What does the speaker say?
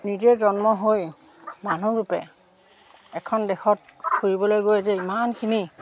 নিজে জন্ম হৈ মানুহৰূপে এখন দেশত ফুৰিবলৈ গৈ যে ইমানখিনি